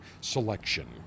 selection